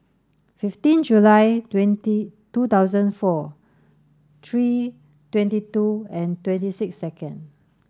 fifteen July two thousand four three twenty two and twenty six second